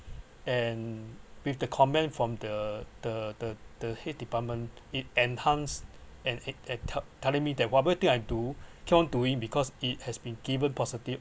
and with the comment from the the the the head department it enhanced and and telling me that whatever thing I do keep on doing because it has been given positive